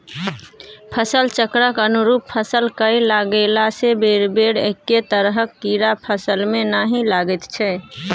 फसल चक्रक अनुरूप फसल कए लगेलासँ बेरबेर एक्के तरहक कीड़ा फसलमे नहि लागैत छै